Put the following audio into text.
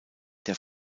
der